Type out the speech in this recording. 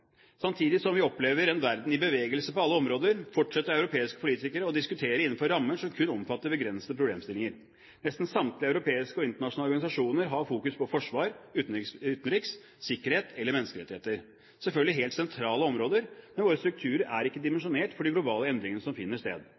Samtidig som vi opplever en verden i bevegelse på alle områder, fortsetter europeiske politikere å diskutere innenfor rammer som kun omfatter begrensede problemstillinger. Nesten samtlige europeiske og internasjonale organisasjoner har fokus på forsvar, utenriks, sikkerhet eller menneskerettigheter – selvfølgelig helt sentrale områder, men våre strukturer er ikke dimensjonert for de globale endringene som finner sted.